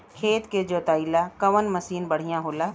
खेत के जोतईला कवन मसीन बढ़ियां होला?